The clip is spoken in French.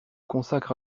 consacre